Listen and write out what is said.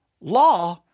law